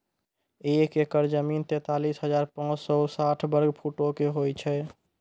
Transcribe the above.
एक एकड़ जमीन, तैंतालीस हजार पांच सौ साठ वर्ग फुटो के होय छै